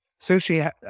sushi